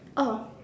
oh